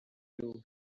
you